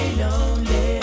lonely